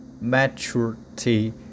maturity